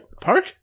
Park